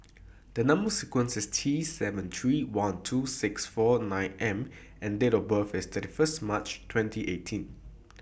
The Number sequence IS T seven three one two six four nine M and Date of birth IS thirty First March twenty eighteen